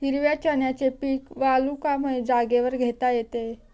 हिरव्या चण्याचे पीक वालुकामय जागेवर घेता येते